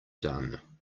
done